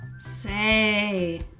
Say